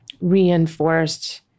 reinforced